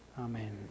amen